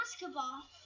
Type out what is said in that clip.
basketball